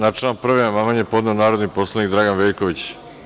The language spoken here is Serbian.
Na član 1. amandman je podneo narodni poslanik Dragan Veljković.